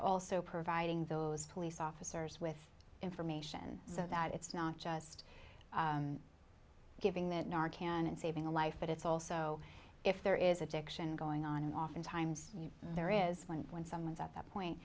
also providing those police officers with information so that it's not just giving that can and saving a life but it's also if there is addiction going on and oftentimes there is one when someone's at that point